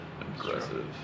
Aggressive